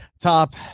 top